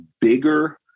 bigger